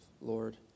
Lord